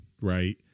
Right